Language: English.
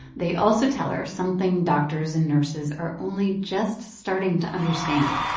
they also tell her something doctors and nurses are only just starting to understand,